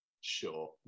Sure